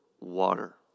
water